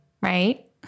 right